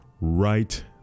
right